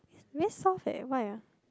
very soft eh why ah